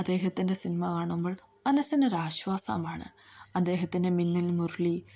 അദ്ദേഹത്തിൻ്റെ സിനിമ കാണുമ്പോൾ മനസ്സിന് ഒരാശ്വാസമാണ് അദ്ദേഹത്തിൻ്റെ മിന്നൽ മുരളി